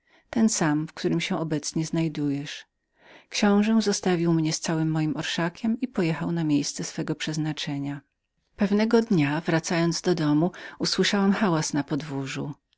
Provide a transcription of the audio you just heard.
ten sam w którym się obecnie znajdujesz książe zostawił mnie z całym moim orszakiem i pojechał na miejsce swego przeznaczenia pewnego dnia wracając do domu usłyszałam hałas na podwórzu